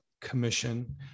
commission